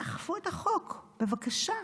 תאכפו את החוק, בבקשה.